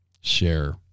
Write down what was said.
share